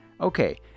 Okay